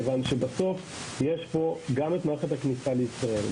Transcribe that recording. מכיוון שבסוף יש פה גם את מערכת הכניסה לישראל,